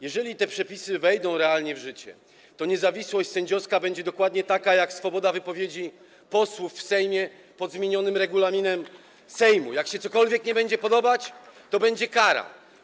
Jeżeli te przepisy wejdą w życie, to niezawisłość sędziowska będzie dokładnie taka jak swoboda wypowiedzi posłów w Sejmie przy zmienionym regulaminie Sejmu: jak cokolwiek nie będzie się podobać, to będzie kara.